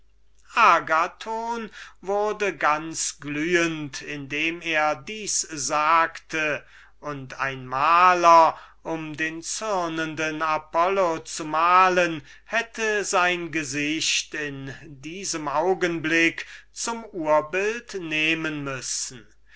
wurde ganz glühend indem er dieses sagte und ein maler um den zürnenden apollo zu malen hätte sein gesicht in diesem augenblick zum urbild nehmen müssen